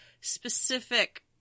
specific